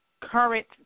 current